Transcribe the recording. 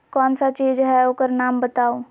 कौन सा चीज है ओकर नाम बताऊ?